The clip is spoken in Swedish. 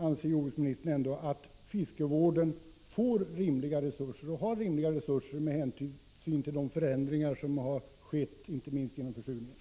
Anser jordbruksministern att fiskevården får rimliga resurser med hänsyn till de förändringar som har skett, inte minst genom försurningen?